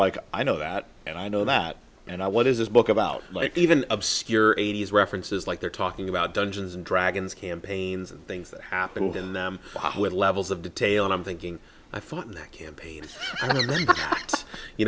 like i know that and i know that and i what is this book about even obscure eighty's references like they're talking about dungeons and dragons campaigns and things that happened in them with levels of detail and i'm thinking i thought that campaign